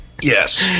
yes